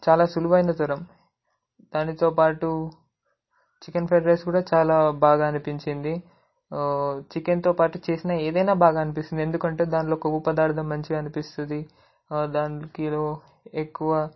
చాలా సులువైనతరం దానితోపాటు చికెన్ ఫ్రైడ్ రైస్ కూడా చాలా బాగా అనిపించింది చికెన్తో పాటు చేసిన ఏదైన్నా బాగా అనిపిస్తుంది ఎందుకంటే దానిలో కొవ్వు పదార్థం మంచిగా అనిపిస్తుంది దానికి ఎక్కువ